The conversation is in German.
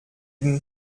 den